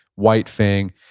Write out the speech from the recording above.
white fang,